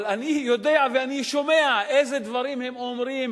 אבל אני יודע ואני שומע איזה דברים הם אומרים